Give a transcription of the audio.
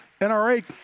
NRA